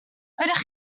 ydych